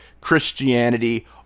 Christianity